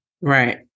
right